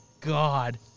God